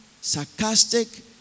sarcastic